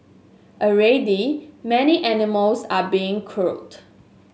already many animals are being culled